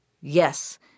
Yes